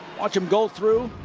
watch him go through.